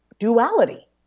duality